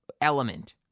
element